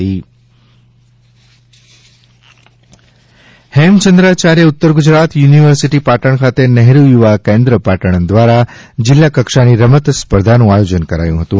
Nehru Yuva Kendra Patan Hemchandracharya Uttar Gujarat university Patan ખાતે નહેરૂ યુવા કેન્દ્ર પાટણ દ્વારા જિલ્લાકક્ષાની રમત સ્પર્ધાનું આયોજન કરાયું હતું